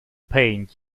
pain